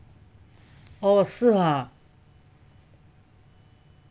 哦是 ah